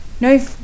no